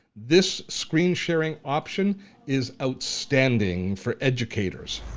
this screen-sharing option is outstanding for educators.